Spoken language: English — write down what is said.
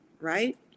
right